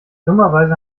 dummerweise